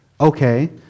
Okay